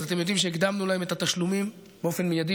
אתם יודעים שהקדמנו להם את התשלומים באופן מיידי,